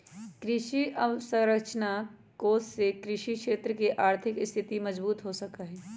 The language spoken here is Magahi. कृषि अवसरंचना कोष से कृषि क्षेत्र के आर्थिक स्थिति मजबूत हो सका हई